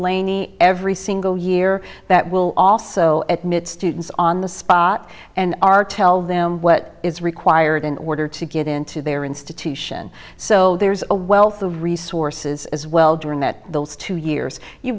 laney every single year that will also at mit students on this and r tell them what is required in order to get into their institution so there's a wealth of resources as well during that those two years